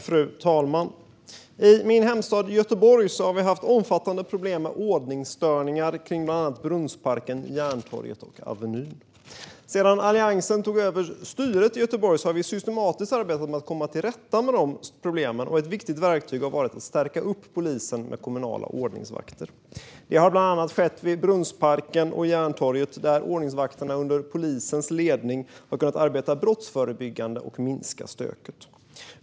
Fru talman! I min hemstad Göteborg har vi haft omfattande problem med ordningsstörningar kring bland annat Brunnsparken, Järntorget och Avenyn. Sedan Alliansen tog över styret i Göteborg har vi arbetat systematiskt för att komma till rätta med dessa problem, och ett viktigt verktyg har varit att stärka upp polisen med kommunala ordningsvakter. Det har bland annat skett vid Brunnsparken och Järntorget, där ordningsvakterna under polisens ledning har kunnat arbeta brottsförebyggande och minska stöket.